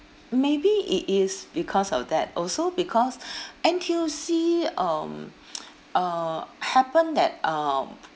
maybe it is because of that also because N_T_U_C um uh happen that um